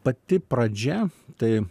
pati pradžia tai